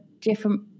different